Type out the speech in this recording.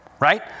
Right